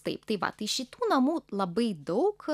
taip tai va tai šitų namų labai daug